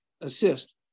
assist